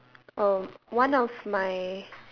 oh one of my